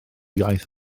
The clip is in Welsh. iaith